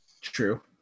true